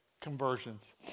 conversions